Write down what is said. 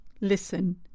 listen